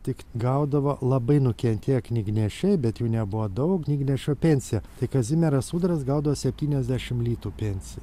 tik gaudavo labai nukentėję knygnešiai bet jų nebuvo daug knygnešio pensiją tai kazimieras ūdras gaudavo septyniasdešimt litų pensiją